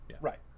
Right